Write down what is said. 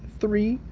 three,